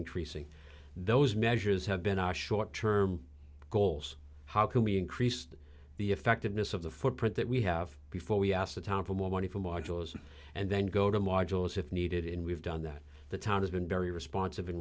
increasing those measures have been our short term goals how can we increase the effectiveness of the footprint that we have before we ask the town for more money for modules and then go to modules if needed and we've done that the town has been very responsi